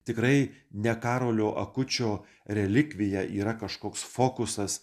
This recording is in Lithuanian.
tikrai ne karolio akučio relikvija yra kažkoks fokusas